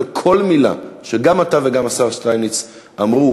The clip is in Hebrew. כל מילה שגם אתה וגם השר שטייניץ אמרתם,